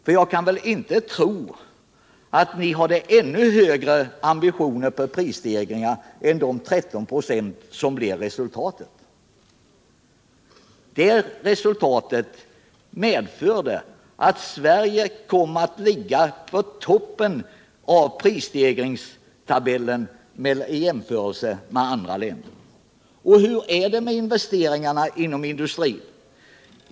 För jag kan väl inte tro att ni hade ännu högre ambitioner på prisstegringar än de 13 96 som blev resultatet, ett resultat som medförde att Sverige kom att ligga på toppen i prisstegringstabellen i jämförelse med andra länder. Och hur är det med investeringarna inom industrin?